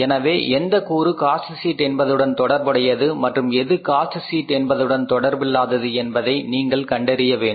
எனவே எந்த கூறு காஸ்ட் ஷீட் என்பதுடன் தொடர்புடையது மற்றும் எது காஸ்ட் ஷீட் என்பதுடன் தொடர்பில்லாதது என்பதை நீங்கள் கண்டறிய வேண்டும்